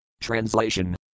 Translation